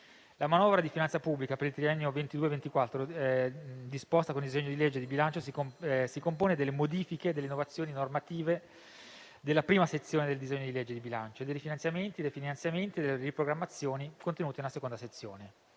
La manovra di finanza pubblica per il triennio 2022-2024, disposta con il disegno di legge di bilancio, si compone delle modifiche e delle innovazioni normative della prima sezione del disegno di legge di bilancio e dei finanziamenti, dei rifinanziamenti e delle riprogrammazioni contenuti nella seconda sezione.